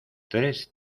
tres